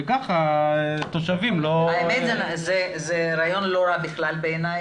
וכך התושבים --- זה רעיון לא רע בכלל בעיני,